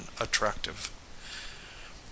attractive